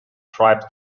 tribes